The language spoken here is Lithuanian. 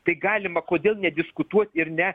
tai galima kodėl nediskutuot ir ne